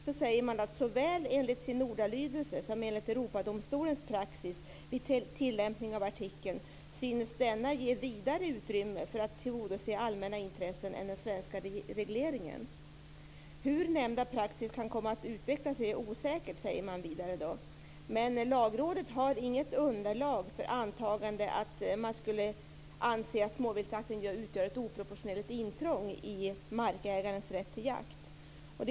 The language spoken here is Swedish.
Så säger man: "Såväl enligt sin ordalydelse som enligt Europadomstolens praxis vid tillämpning av artikeln synes denna ge vidare utrymme för att tillgodose allmänna intressen än den svenska regleringen. Hur nämnda praxis kan komma att utvecklas är osäkert." Vidare säger man att Lagrådet inte har något underlag för ett antagande att småviltsjakten skulle utgöra ett oproportionerligt intrång i markägarens rätt till jakt.